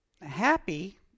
happy